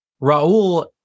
Raul